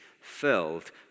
filled